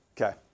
Okay